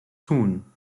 tun